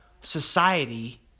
Society